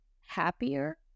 happier